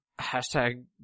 Hashtag